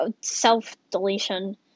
Self-deletion